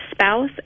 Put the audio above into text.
spouse